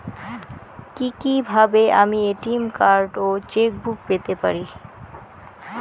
কি কিভাবে আমি এ.টি.এম কার্ড ও চেক বুক পেতে পারি?